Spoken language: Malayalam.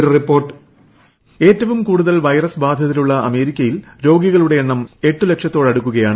ഒരു റിപ്പോർട്ട് ഏറ്റവും കൂടുതൽ ക്ക്വർസ് ബാധിതരുള്ള അമേരിക്കയിൽ രോഗികളുടെ എണ്ണം പ്രിക്ട് ലക്ഷത്തോടടുക്കുകയാണ്